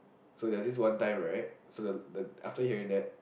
so there's this one time right so the the after hearing that